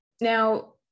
Now